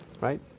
Right